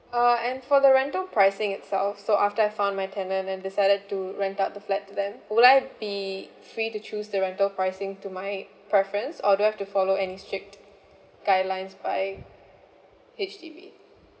uh and for the rental pricing itself so after I found my tenant and decided to rent out the flat to them would I be free to choose the rental pricing to my preference or do I've to follow any strict guidelines by H_D_B